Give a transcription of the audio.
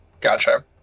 gotcha